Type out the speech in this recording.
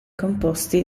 composti